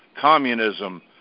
communism